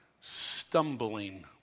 stumbling